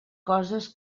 coses